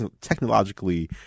technologically